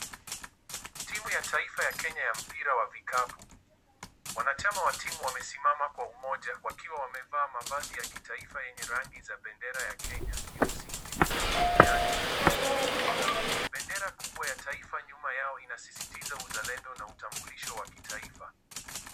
Timu ya taifa ya Kenya ya mpira wa vikapu, wanachama wa timu wamesimama kwa umoja wakiwa wamevaa mavazi ya kitaifa yenye rangi za bendera ya Kenya nyeusi, nyekundu, kijani, na nyeupe. Bendera kubwa ya taifa nyuma yao inasisitiza uzalendo na utambulisho wa kitaifa.